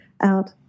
out